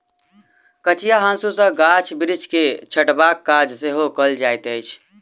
कचिया हाँसू सॅ गाछ बिरिछ के छँटबाक काज सेहो कयल जाइत अछि